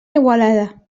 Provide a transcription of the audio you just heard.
igualada